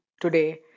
today